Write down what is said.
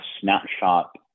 snapshot